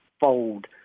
fold